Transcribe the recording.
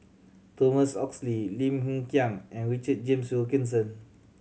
Thomas Oxley Lim Hng Kiang and Richard James Wilkinson